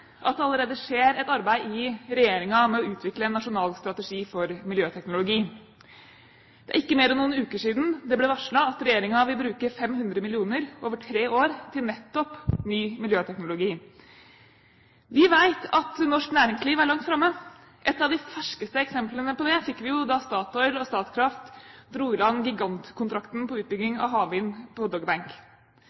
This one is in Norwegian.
at det allerede skjer et arbeid i regjeringen med å utvikle en nasjonal strategi for miljøteknologi. Det er ikke mer enn noen uker siden det ble varslet at regjeringen vil bruke 500 mill. kr over tre år til nettopp ny miljøteknologi. Vi vet at norsk næringsliv er langt framme. Et av de ferskeste eksemplene på det fikk vi da Statoil og Statkraft dro i land gigantkontrakten på utbygging av havvind på